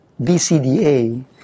BCDA